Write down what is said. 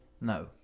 no